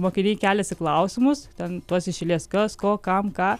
mokiniai keliasi klausimus ten tuos iš eilės kas ko kam ką